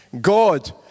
God